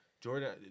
Jordan